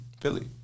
Philly